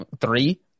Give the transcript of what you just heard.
Three